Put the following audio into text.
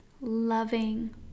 loving